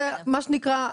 מה שנקרא,